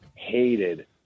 hated